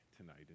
tonight